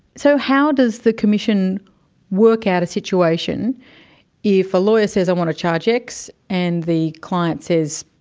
so how does the commission work out a situation if a lawyer says, i want to charge x and the client says,